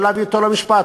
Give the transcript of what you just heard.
אפשר להביא אותו למשפט.